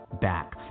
back